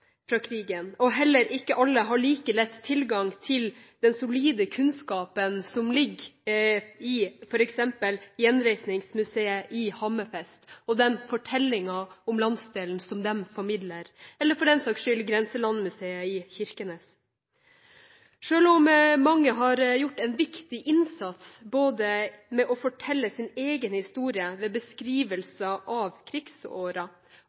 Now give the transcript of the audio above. krigen, og heller ikke alle har like lett tilgang til den solide kunnskapen som ligger i f.eks. Gjenreisningsmuseet i Hammerfest og den fortellingen om landsdelen som de formidler, eller for den saks skyld Grenselandmuseet i Kirkenes. Selv om mange har gjort en viktig innsats med å fortelle sin egen historie gjennom beskrivelse av